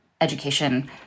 education